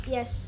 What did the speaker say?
Yes